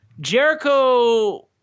Jericho –